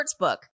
Sportsbook